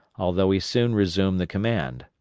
although he soon resumed the command.